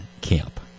camp